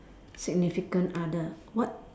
significant other what